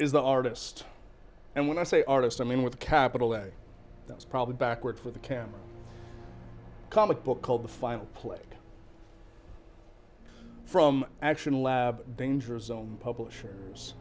is the artist and when i say artist i mean with a capital a that's probably backward for the camera comic book called the final play from action lab danger zone publishers